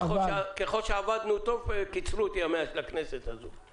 ככל שעבדנו טוב, קיצרו את ימי הכנסת הזו.